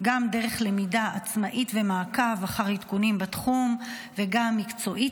גם דרך למידה עצמאית ומעקב אחר עדכונים בתחום וגם מקצועית,